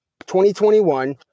2021